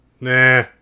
Nah